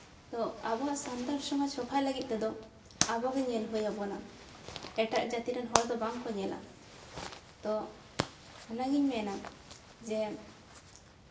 ᱛᱚ ᱟᱵᱚᱣᱟᱜ ᱥᱟᱱᱛᱟᱲ ᱥᱚᱢᱟᱡᱽ ᱨᱚᱯᱷᱟᱭ ᱞᱟᱹᱜᱤᱫ ᱛᱮᱫᱚ ᱟᱵᱚᱜᱮ ᱧᱮᱞ ᱦᱩᱭ ᱟᱵᱚᱱᱟ ᱮᱴᱟᱜ ᱡᱟᱹᱛᱤ ᱨᱮᱱ ᱦᱚᱲ ᱫᱚ ᱵᱟᱝ ᱠᱚ ᱧᱮᱞᱟ ᱛᱚ ᱚᱱᱟᱜᱮᱧ ᱢᱮᱱᱟ ᱡᱮ